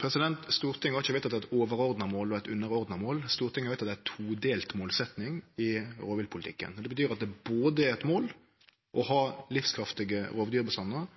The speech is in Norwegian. Stortinget har ikkje vedteke eit overordna mål og eit underordna mål. Stortinget har vedteke ei todelt målsetjing i rovviltpolitikken. Det betyr at det både er eit mål å ha livskraftige